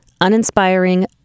uninspiring